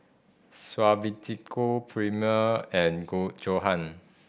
Suavecito Premier and Johan